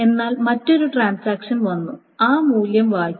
എന്നാൽ മറ്റൊരു ട്രാൻസാക്ഷൻ വന്നു ആ മൂല്യം വായിച്ചു